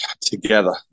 together